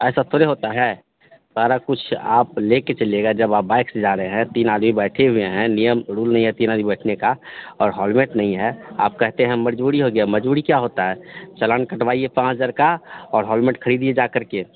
ऐसा थोड़े होता है सारा कुछ आप लेकर चलिएगा जब आप बाइक़ से जा रहे हैं तीन आदमी बैठे हुए हैं नियम रूल नहीं है तीन आदमी बैठने का और हेलमेट नहीं है आप कहते हैं मजबूरी हो गई मजबूरी क्या होती है चालान कटवाइए पाँच हज़ार का और हेलमेट खरीदिए जा करके